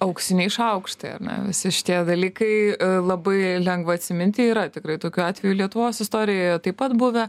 auksiniai šaukštai ar ne visi šitie dalykai labai lengva atsiminti yra tikrai tokių atvejų lietuvos istorijoje taip pat buvę